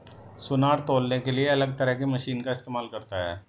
सुनार तौलने के लिए अलग तरह की मशीन का इस्तेमाल करता है